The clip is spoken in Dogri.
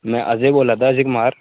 मैं अजय बोल्लै दा अजय कुमार